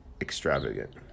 extravagant